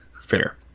Fair